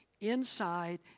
inside